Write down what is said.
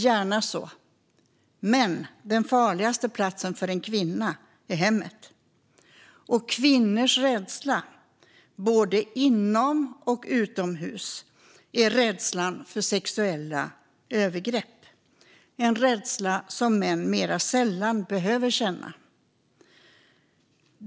Gärna det, men den farligaste platsen för en kvinna är hemmet. Kvinnors rädsla både inomhus och utomhus är rädslan för sexuella övergrepp. Detta är en rädsla som män mer sällan behöver känna.